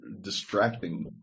distracting